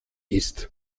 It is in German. ist